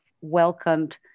welcomed